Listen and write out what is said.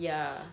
ya